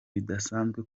bidakunze